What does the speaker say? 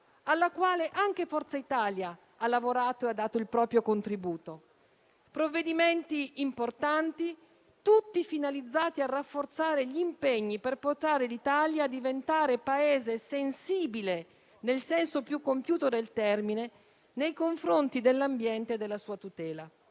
alla quale anche Forza Italia ha lavorato e ha dato il proprio contributo. Si tratta di provvedimenti importanti, tutti finalizzati a rafforzare gli impegni per portare l'Italia a diventare Paese sensibile, nel senso più compiuto del termine, nei confronti dell'ambiente e della sua tutela.